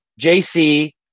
JC